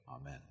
Amen